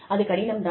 அது கடினம் தான்